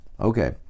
okay